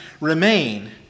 remain